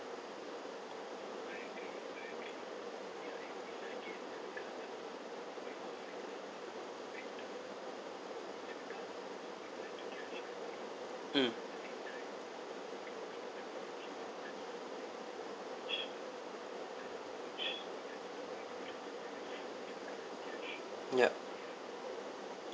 mm yup